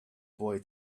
boy